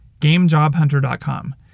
GameJobHunter.com